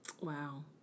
Wow